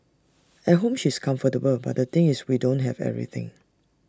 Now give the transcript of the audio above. at home she's comfortable but the thing is we don't have everything